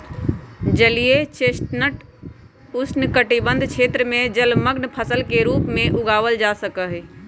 जलीय चेस्टनट उष्णकटिबंध क्षेत्र में जलमंग्न फसल के रूप में उगावल जा सका हई